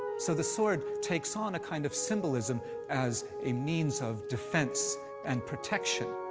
so the sword takes on a kind of symbolism as a means of defense and protection.